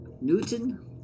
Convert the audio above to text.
Newton